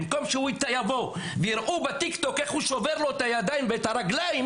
במקום שהוא יבוא ויראו בטיקטוק איך הוא שובר לו את הידיים ואת הרגליים,